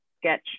sketch